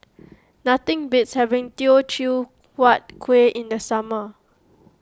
nothing beats having Teochew Huat Kuih in the summer